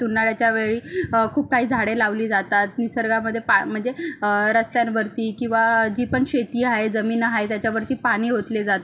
उन्हाळ्याच्या वेळी खूप काही झाडे लावली जातात निसर्गामध्ये पा म्हणजे रस्त्यांवरती किंवा जी पण शेती आहे जमीन आहे त्याच्यावरती पाणी ओतले जाते कारण त्याच्यामुळे